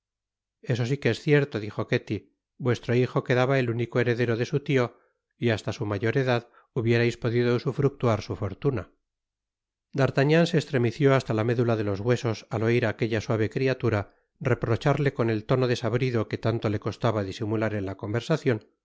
eso si que es cierto dijo ketty vuestro hijo quedaba el único heredero de sutio y hasta su mayor edad hubierais podido usufructuar su fortuna d'artagnan se estremeció hasta la médula de los huesos al oir á aquella suave criatura reprocharle con el tono desabrido que tanto le costaba disimular en la conversacion